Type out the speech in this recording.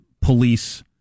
police